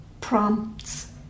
prompts